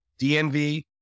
DNV